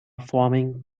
forming